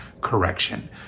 correction